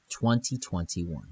2021